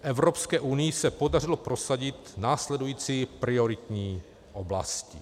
Evropské unii se podařilo prosadit následující prioritní oblasti.